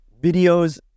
videos